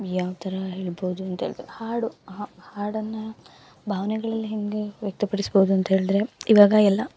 ಯಾವ ಥರ ಹೇಳ್ಬೋದು ಅಂತ ಹೇಳ್ದ್ರೆ ಹಾಡು ಹಾಡನ್ನ ಭಾವ್ನೆಗಳಲ್ ಹೇಗೆ ವ್ಯಕ್ತಪಡಿಸ್ಬೋದು ಅಂತ್ ಹೇಳ್ದ್ರೆ ಇವಾಗ ಎಲ್ಲ